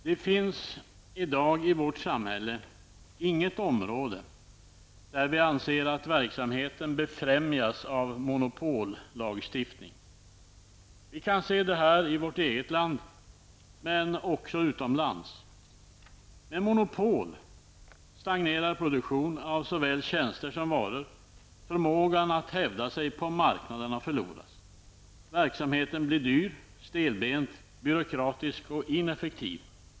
Herr talman! Det finns i dag i vårt samhälle inget område där vi anser att verksamheten befrämjas av monopollagstiftning. Vi kan se detta i vårt eget land, men också utomlands. Med monopol stagnerar produktionen av såväl tjänster som varor, och förmågan att hävda sig på marknaderna förloras. Verksamheten blir dyr, stelbent, byråkratisk och ineffektiv.